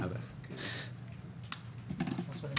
היעדים שלנו הם 20% ל-2025, ו-30% ל-2030.